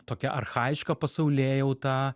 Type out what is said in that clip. tokią archajišką pasaulėjautą